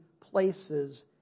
places